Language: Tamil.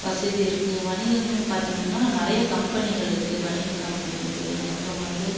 வசதி இருக்குது வணிகங்கள்னு பார்த்திங்கன்னா நிறைய கம்பெனிகள் இருக்குது பனியன் கம்பெனி இருக்குது அப்புறம் வந்து